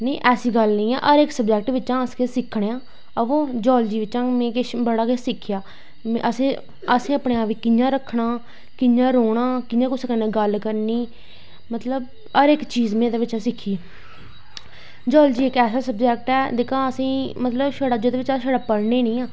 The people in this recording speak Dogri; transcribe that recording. नी ऐसी गल्ल नी ऐ हर सबजैक्ट बिच्चा दा अस किश सिक्खने आं वा जियॉलजी बिच्चा दा में बड़ा गै किश सिक्खेआ असें अपने आप गी कियां रक्खना कियां रौह्नां कियां कुसे कन्नै गल्ल करनी मतलव हर चीज में एह्दे बिच्चा दा सिक्खी जियॉलजी इक ऐसी स्वजैक्ट ऐ जेह्दे बिच्च सिर्फ अस पढ़नें नी हैन